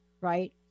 right